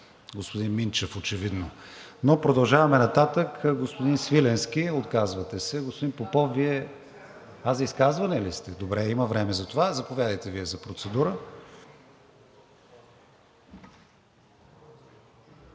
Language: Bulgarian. господин Минчев очевидно. Но продължаваме нататък. Господин Свиленски? Отказвате се. Господин Попов – Вие? За изказване сте. Добре, има време за това. Заповядайте Вие за процедура.